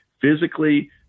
physically